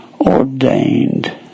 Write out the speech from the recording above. Ordained